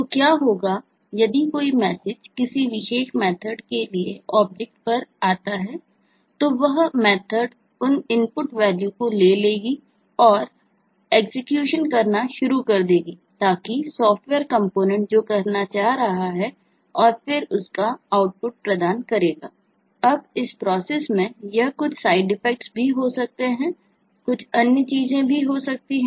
तो क्या होगा यदि कोई मैसेज किसी विशेष मेथर्ड भी हो सकते हैं